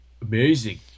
Amazing